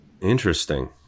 Interesting